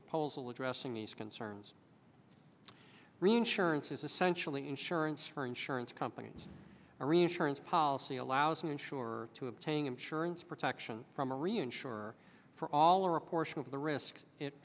proposal addressing these concerns reinsurance is essentially insurance for insurance companies or insurance policy allows an insurer to obtain insurance protection from a reinsurer for all or a portion of the risk it